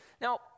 Now